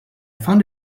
found